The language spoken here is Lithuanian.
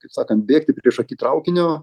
kaip sakant bėgti priešaky traukinio